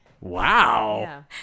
Wow